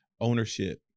ownership